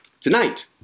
Tonight